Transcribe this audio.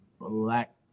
Black